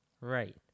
right